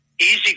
easy